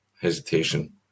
hesitation